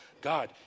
God